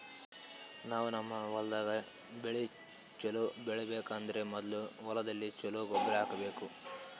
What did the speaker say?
ನಾವ್ ನಮ್ ಹೊಲ್ದಾಗ್ ಬೆಳಿ ಛಲೋ ಬೆಳಿಬೇಕ್ ಅಂದ್ರ ಮೊದ್ಲ ಹೊಲ್ದಾಗ ಛಲೋ ಗೊಬ್ಬರ್ ಹಾಕ್ಬೇಕ್